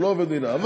הוא לא עובד מדינה.